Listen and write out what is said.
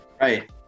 Right